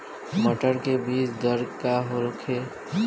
मटर के बीज दर का होखे?